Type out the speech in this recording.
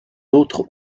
autres